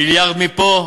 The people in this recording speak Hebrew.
מיליארד מפה,